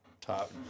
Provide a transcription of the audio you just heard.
top